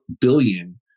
billion